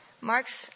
Mark's